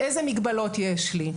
איזה מגבלות יש לי?